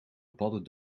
padden